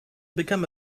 become